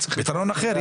פתרון אחר,